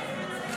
נתקבלה.